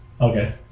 Okay